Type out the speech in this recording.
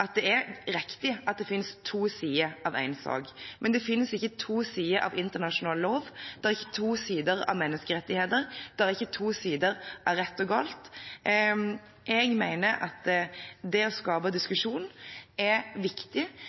riktig at det finnes to sider av en sak. Men det finnes ikke to sider av internasjonal lov, det er ikke to sider av menneskerettigheter, det er ikke to sider av rett og galt. Jeg mener det å skape diskusjon er viktig.